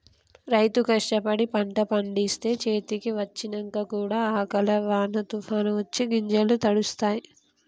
రైతు కష్టపడి పంట పండిస్తే చేతికి వచ్చినంక కూడా అకాల వానో తుఫానొ వచ్చి గింజలు తడుస్తాయ్